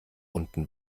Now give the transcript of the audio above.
unten